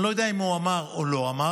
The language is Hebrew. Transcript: אני לא יודע אם הוא אמר או לא אמר,